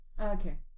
Okay